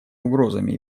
угрозами